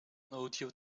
audio